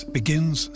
begins